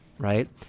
Right